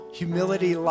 humility